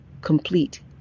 complete